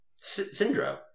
Syndrome